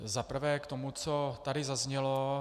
Za prvé k tomu, co tady zaznělo.